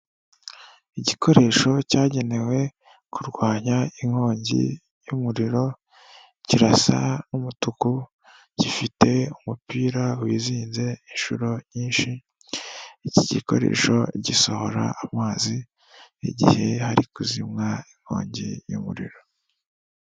Igikoresho cyagenewe kurwanya inkongi y'umuriro, kirasa n'umutuku, gifite umupira wizinze inshuro nyinshi. Iki gikoresho gisohora amazi igihe ari kuzimywa inkongi y'umuriro.